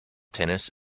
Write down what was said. tennis